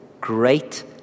great